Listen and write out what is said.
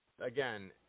again